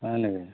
হয় নেকি